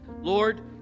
Lord